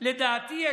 על זה תשמע אותי.